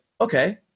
okay